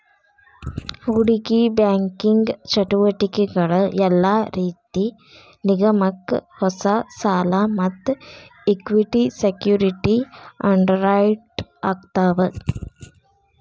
ಹೂಡಿಕಿ ಬ್ಯಾಂಕಿಂಗ್ ಚಟುವಟಿಕಿಗಳ ಯೆಲ್ಲಾ ರೇತಿ ನಿಗಮಕ್ಕ ಹೊಸಾ ಸಾಲಾ ಮತ್ತ ಇಕ್ವಿಟಿ ಸೆಕ್ಯುರಿಟಿ ಅಂಡರ್ರೈಟ್ ಮಾಡ್ತಾವ